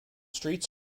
streets